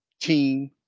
team